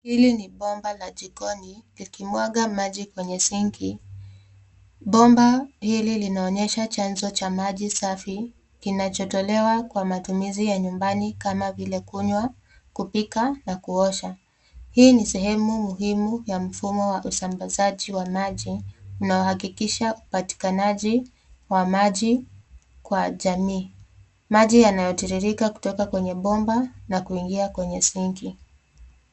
Hili ni bomba la jikoni, likimwaga maji kwenye sinki. Bomba hili linaonyesha chanzo cha maji safi ,kinachotolewa kwa matumizi ya nyumbani kama vile kunywa ,kupika na kuosha. Hii ni sehemu muhimu ya mfumo wa usambazaji wa maji, unaohakikisha upatikanaji wa maji kwa jamii. Maji yanayotiririka kutoka kwenye bomba na kuingia kwenye sinki.